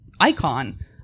icon